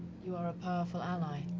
you are a powerful ally.